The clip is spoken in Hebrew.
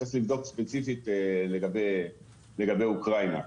צריך לבדוק ספציפית לגבי אוקראינה.